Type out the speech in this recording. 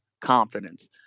confidence